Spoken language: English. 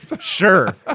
sure